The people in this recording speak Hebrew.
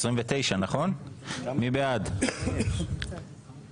הצבעה בעד, 6 נגד, 7 נמנעים,